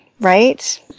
right